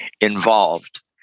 involved